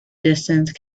distance